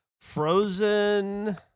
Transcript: frozen